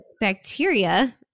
bacteria